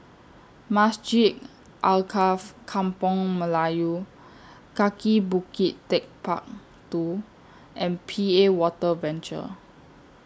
Masjid Alkaff Kampung Melayu Kaki Bukit Techpark two and P A Water Venture